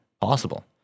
possible